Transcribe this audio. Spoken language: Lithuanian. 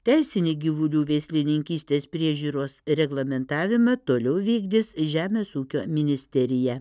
teisinį gyvulių veislininkystės priežiūros reglamentavimą toliau vykdys žemės ūkio ministerija